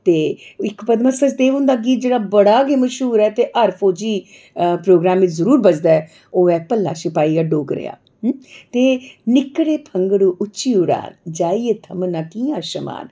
ते इक पद्मा सचदेव हुंदा गीत जेह्ड़ा बड़ा गै मश्हूर ऐ ते हर फौजी प्रोग्राम च जरूर बजदा ऐ ओह् ऐ भला सपाइया डोगरेया ते निक्कड़े फंगड़ू उच्ची उड़ान जाइयै थम्मना कि'यां शमान